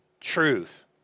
truth